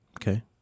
Okay